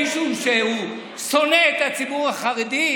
מישהו ששונא את הציבור החרדי,